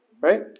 right